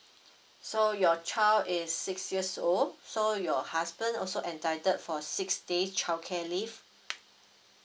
so your child is six years old so your husband also entitled for six days childcare leave